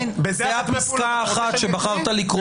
זה רק פסקה אחת שבחרת לקרוא בדוח.